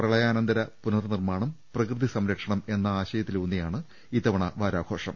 പ്രളയാനന്തര പുനർ നിർമ്മാണം പ്രകൃതി സംരക്ഷണം എന്ന ആശയത്തിലൂന്നിയാണ് ഇത്തവ ണത്തെ വാരാഘോഷം